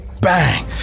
bang